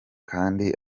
kandi